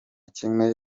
kimwe